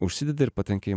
užsidedi ir patenki